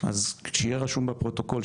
אז שיהיה רשום בפרוטוקול,